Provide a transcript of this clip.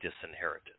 disinherited